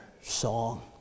song